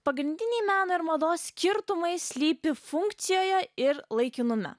pagrindiniai meno ir mados skirtumai slypi funkcijoje ir laikinume